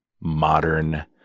modern